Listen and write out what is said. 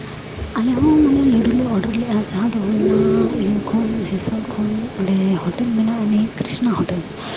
ᱟᱞᱮ ᱦᱚᱸ ᱢᱟᱱᱮ ᱞᱟᱹᱰᱩ ᱞᱮ ᱚᱰᱟᱨ ᱞᱮᱜᱼᱟ ᱡᱟᱦᱟᱸ ᱫᱚ ᱦᱩᱭᱮᱱᱟ ᱤᱭᱟᱹ ᱠᱷᱚᱱ ᱦᱮᱸᱥᱮᱠ ᱠᱷᱚᱱ ᱚᱸᱰᱮ ᱦᱳᱴᱮᱞ ᱢᱮᱱᱟᱜ ᱟᱹᱱᱤᱡ ᱠᱨᱤᱥᱱᱟ ᱦᱳᱴᱮᱞ